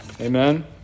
Amen